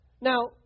Now